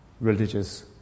religious